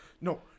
No